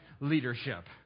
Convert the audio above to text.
leadership